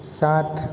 सात